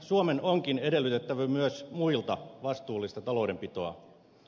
suomen onkin edellytettävä myös muilta vastuullista taloudenpitoa